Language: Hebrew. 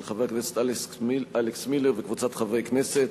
של חבר הכנסת אלכס מילר וקבוצת חברי הכנסת,